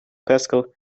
pascal